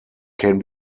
can